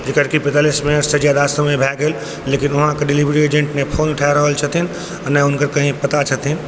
जकरकि पैँतालिस मिनटसँ ज्यादा समय भऽ गेल लेकिन अहाँके डिलेवरी एजेन्ट नहि फोन उठा रहल छथिन आओर नहि हुनकर कहीँ पता छथिन आओर